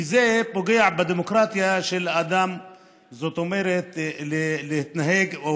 כי זה פוגע בדמוקרטיה של האדם להתנהג או